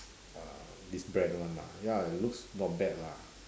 uh this brand [one] lah ya it looks not bad lah